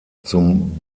zum